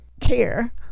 care